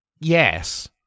Yes